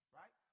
right